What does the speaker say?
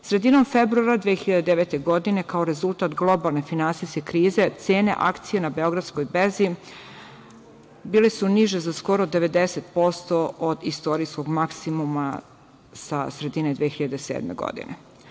Sredinom februara 2009. godine, kao rezultat globalne finansijske krize, cene akcija na Beogradskoj berzi bile su niže za skoro 90% od istorijskog maksimuma, sa sredine 2007. godine.